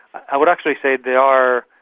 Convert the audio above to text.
i would actually say they are,